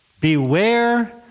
Beware